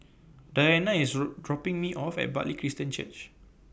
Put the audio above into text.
Deanna IS dropping Me off At Bartley Christian Church